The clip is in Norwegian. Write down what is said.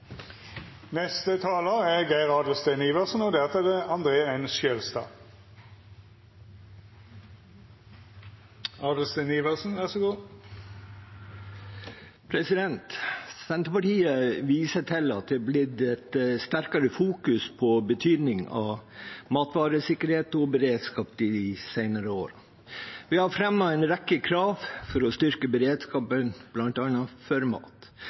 Senterpartiet viser til at det er blitt et sterkere fokus på betydningen av matvaresikkerhet og beredskap de senere årene. Vi har fremmet en rekke krav for å styrke beredskapen bl.a. for mat.